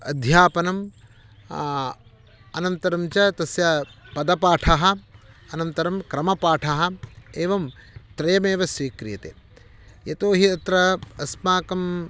अध्यापनं अनन्तरं च तस्य पदपाठः अनन्तरं क्रमपाठः एवं त्रयमेव स्वीक्रियते यतोहि अत्र अस्माकं